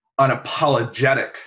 unapologetic